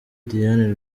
diane